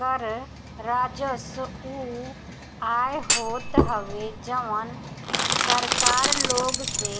कर राजस्व उ आय होत हवे जवन सरकार लोग से